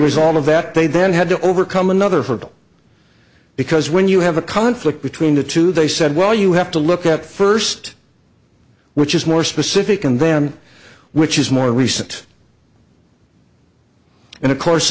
result of that they then had to overcome another hurdle because when you have a conflict between the two they said well you have to look at first which is more specific and then which is more recent and of course